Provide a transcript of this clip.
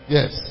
Yes